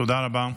תודה רבה.